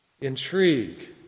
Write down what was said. intrigue